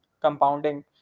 compounding